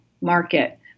market